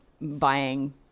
buying